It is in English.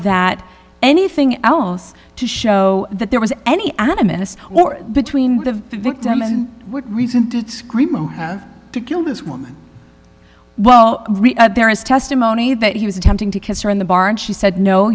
that anything else to show that there was any animist or between the victim and what reason did scream to kill this woman well there is testimony that he was attempting to kiss her in the bar and she said no